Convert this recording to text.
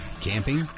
camping